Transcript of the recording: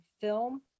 film